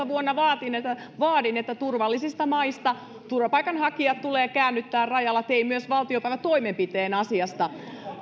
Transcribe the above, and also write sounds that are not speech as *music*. *unintelligible* vuonna kaksituhattaviisitoista vaadin että turvapaikanhakijat turvallisista maista tulee käännyttää rajalla ja tein myös valtiopäivätoimenpiteen asiasta